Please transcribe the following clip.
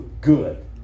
good